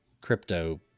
crypto